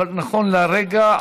אבל נכון להרגע,